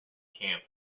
camp